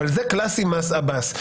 אבל זה קלאסי מס עבאס,